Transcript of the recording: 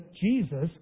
Jesus